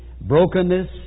Brokenness